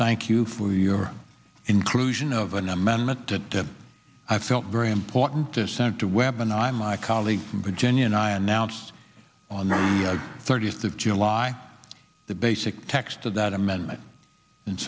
thank you for your inclusion of an amendment that i felt very important to send to weapon i my colleague from virginia and i announced on the thirtieth of july the basic text of that amendment and